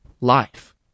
life